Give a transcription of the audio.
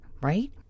right